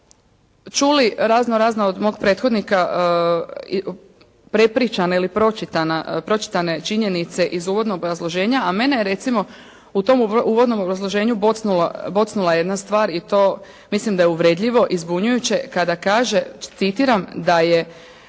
čuli raznorazno od mog prethodnika prepričane ili pročitane činjenice iz uvodnog obrazloženja, a mene je, recimo u tom uvodnom obrazloženju bocnula jedna stvar i to mislim da je uvredljivo i zbunjujuće kada kažem, citiram da je